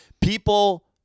People